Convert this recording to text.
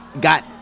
got